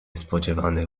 spodziewanych